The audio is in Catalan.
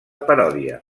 paròdia